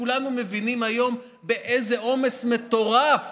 כולנו מבינים היום באיזה עומס מטורף